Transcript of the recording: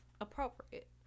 appropriate